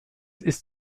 ist